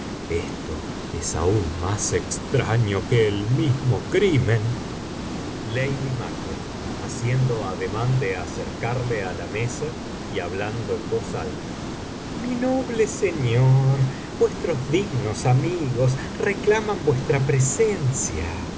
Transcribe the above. esto es aún más extraño que el mismo crimen lady mac naciendo ademán de acercarle á la mesa y hablando en voz alta mi noble señor vuestros dignos amigos reclaman vuestra presencia